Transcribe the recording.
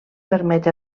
permet